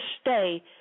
stay